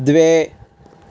द्वे